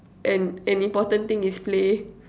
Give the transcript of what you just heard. and and important thing is play